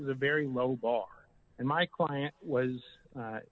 is a very low bar and my client was